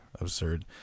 absurd